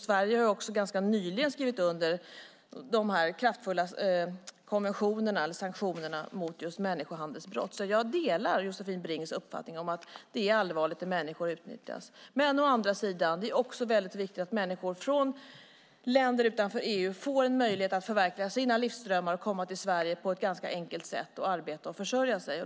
Sverige har ganska nyligen skrivit under kraftfulla konventioner med sanktioner mot människohandelsbrott. Jag delar Josefin Brinks uppfattning att det är allvarligt när människor utnyttjas. Men å andra sidan är det också viktigt att människor från länder utanför EU får en möjlighet att förverkliga sina livsdrömmar och komma till Sverige på ett ganska enkelt sätt och arbeta och försörja sig.